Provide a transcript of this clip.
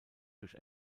durch